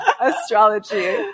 astrology